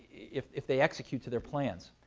if if they execute to their plans.